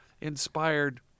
inspired